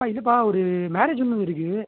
அப்பா இதுப்பா ஒரு மேரேஜ் ஒன்று இருக்குது